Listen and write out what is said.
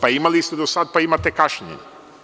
Pa, imali ste i do sada, pa imate kašnjenje.